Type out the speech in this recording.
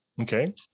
Okay